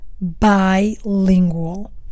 bilingual